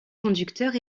conducteurs